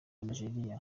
nigeria